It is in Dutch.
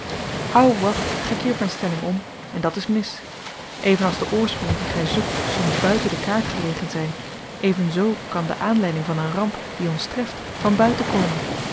hou wat gij keert mijn stelling om en dat is mis even als de oorsprong dien gij zoekt soms buiten de kaart gelegen zijn even zoo kan de aanleiding van een ramp die ons treft van